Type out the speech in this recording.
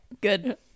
good